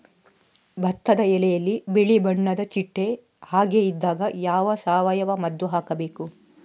ಭತ್ತದ ಎಲೆಯಲ್ಲಿ ಬಿಳಿ ಬಣ್ಣದ ಚಿಟ್ಟೆ ಹಾಗೆ ಇದ್ದಾಗ ಯಾವ ಸಾವಯವ ಮದ್ದು ಹಾಕಬೇಕು?